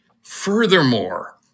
Furthermore